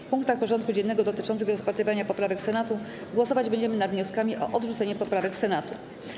W punktach porządku dziennego dotyczących rozpatrywania poprawek Senatu głosować będziemy nad wnioskami o odrzucenie poprawek Senatu.